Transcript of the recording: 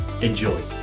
Enjoy